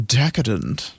decadent